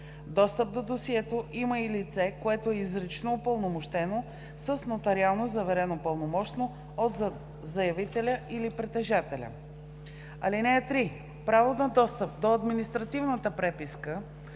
Достъп до досието има и лице, което е изрично упълномощено с нотариално заверено пълномощно от заявителя или притежателя. (3) Право на достъп до административната преписка